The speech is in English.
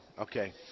Okay